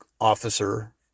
officer